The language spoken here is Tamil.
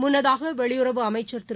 முன்னதாக வெளியுறவு அமைச்சர் திரு